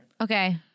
Okay